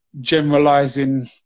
generalizing